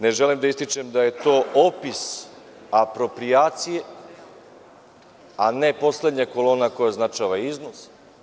Ne želim da ističem da je to opis aproprijacije, a ne poslednja kolona koja označava iznos.